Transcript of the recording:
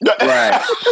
Right